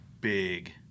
big